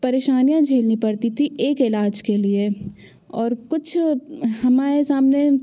परेशानियाँ झेलनी पड़ती थी एक इलाज के लिए और कुछ हमारे सामने